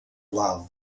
gual